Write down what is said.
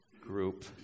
group